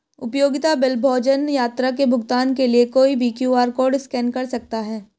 उपयोगिता बिल, भोजन, यात्रा के भुगतान के लिए कोई भी क्यू.आर कोड स्कैन कर सकता है